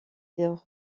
sur